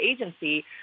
agency